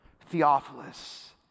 Theophilus